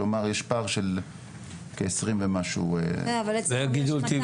כלומר יש פער של כעשרים ומשהו, זה שליש